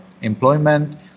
employment